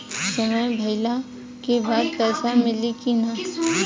समय भइला के बाद पैसा मिली कि ना?